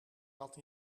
zat